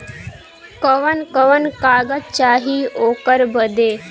कवन कवन कागज चाही ओकर बदे?